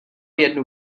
jednu